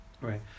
Right